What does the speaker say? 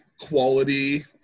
quality